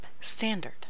Standard